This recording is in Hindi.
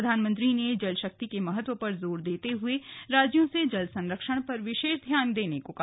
प्रधानमंत्री ने जल शक्ति के महत्व पर जोर देते हुए राज्यों से जल संरक्षण पर विशेष ध्यान देने को कहा